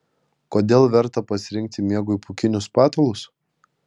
kodėl verta pasirinkti miegui pūkinius patalus